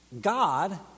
God